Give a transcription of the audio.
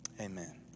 amen